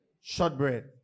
Shortbread